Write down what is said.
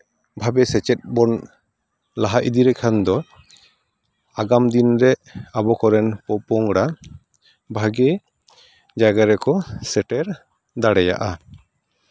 ᱵᱷᱟᱵᱮ ᱥᱮᱪᱮᱫ ᱵᱚᱱ ᱞᱟᱦᱟ ᱤᱫᱤ ᱞᱮᱠᱷᱟᱱ ᱫᱚ ᱟᱜᱟᱢ ᱫᱤᱱᱨᱮ ᱟᱵᱚ ᱠᱚᱨᱮᱱ ᱯᱚᱯᱚᱝᱲᱟ ᱵᱷᱟᱜᱮ ᱡᱟᱭᱜᱟ ᱨᱮᱠᱚ ᱥᱮᱴᱮᱨ ᱫᱟᱲᱮᱭᱟᱜᱼᱟ